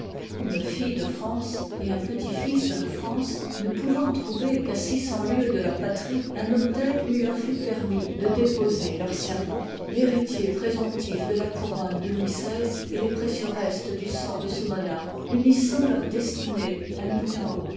une fille de france et un petit-fils de i paut france ne pouvant trouver qu'à six cents v ii lieues de leur patrie un autel où il leur fut permis de déposer leurs sermens fhcritier présomptif de la couronne de louis xyi et les précieux restes du sang de ce monarque unissant leurs destinées à mittau